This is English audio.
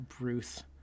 Bruce